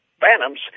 phantoms